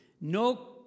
No